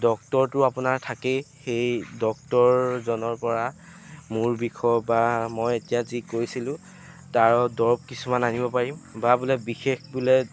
ডক্তৰতো আপোনাৰ থাকেই সেই ডক্তৰজনৰ পৰা মূৰ বিষৰ বা মই এতিয়া যি কৈছিলোঁ তাৰো দৰৱ কিছুমান আনিব পাৰিম বা বোলে বিশেষ বোলে